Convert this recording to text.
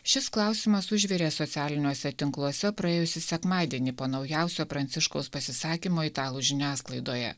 šis klausimas užvirė socialiniuose tinkluose praėjusį sekmadienį po naujausio pranciškaus pasisakymo italų žiniasklaidoje